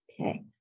Okay